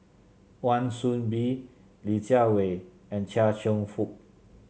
Wan Soon Bee Li Jiawei and Chia Cheong Fook